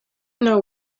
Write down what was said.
know